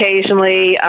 occasionally